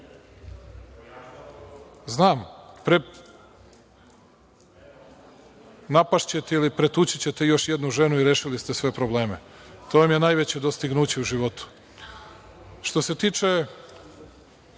Znam. Napašćete ili pretući ćete još jednu ženu i rešili ste svoje probleme. To vam je najveće dostignuće u životu. Što se tiče